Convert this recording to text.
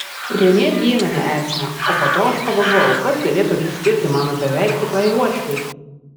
renė dievino esmę o po to aš pagalvojau kas galėtų atsispirti mano beveik tikrai uošvei